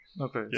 Okay